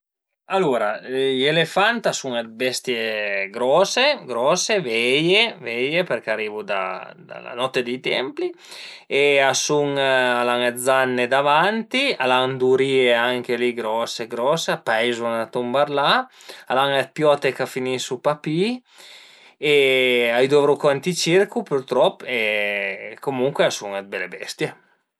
Alura i elefant a sun dë bestie grose grose, veie veie përché arivu da la notte dei templi e a sun a l'an dë zanne davanti, al a d'urìe anche li grose grose, a peizu 'na tumberlà, al an dë piote ch'a finisu pa pi e a i dovru co ënt i circo pürtrop e comuncue a sun dë bele bestie